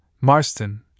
Marston